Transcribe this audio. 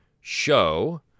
show